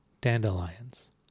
dandelions